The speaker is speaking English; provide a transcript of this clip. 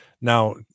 Now